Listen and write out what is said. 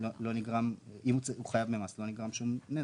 לא נגרם שום נזק.